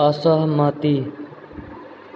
असहमति